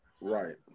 Right